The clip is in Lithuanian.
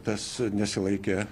tas nesilaikė